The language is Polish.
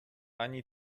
ani